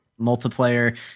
multiplayer